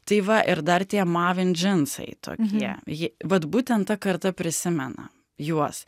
tai va ir dar tie mavin džinsai tokie jie vat būtent ta karta prisimena juos